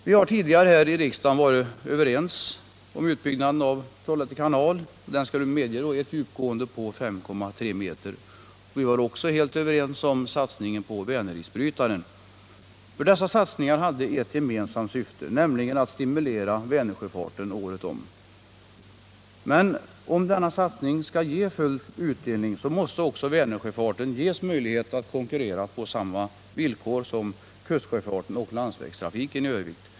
Vi har tidigare i riksdagen varit överens om utbyggnaden av Trollhätte kanal till att medge ett djupgående på 5,3 meter, och vi var helt överens om satsningen på Vänerisbrytaren. Dessa satsningar hade ett gemensamt syfte, nämligen att stimulera Vänersjöfarten året om. Men om denna satsning skall ge full utdelning, måste också Vänersjöfarten ges möjlighet att konkurrera på samma villkor som kustsjöfarten och landsvägstrafiken.